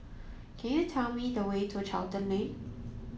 can you tell me the way to Charlton Lane